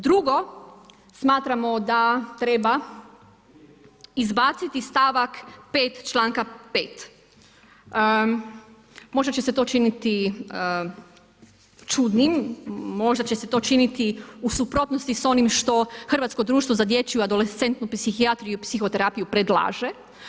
Drugo, smatramo da treba izbaciti stavak 5. članka 5. Možda će se to činiti čudnim, možda će se to činiti u suprotnosti s onim što hrvatsko društvo za dječju adolescentnu psihijatriju i psihoterapiju predlaže.